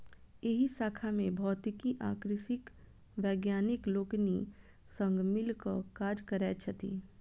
एहि शाखा मे भौतिकी आ कृषिक वैज्ञानिक लोकनि संग मिल क काज करैत छथि